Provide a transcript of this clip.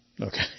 okay